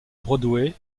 broadway